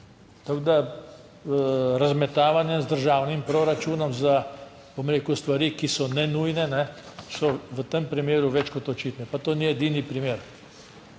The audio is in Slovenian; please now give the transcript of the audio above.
Tako da, razmetavanje z državnim proračunom za, bom rekel, stvari, ki so ne nujne, so v tem primeru več kot očitne, pa to ni edini primer.